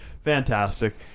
fantastic